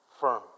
firm